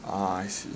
ah I see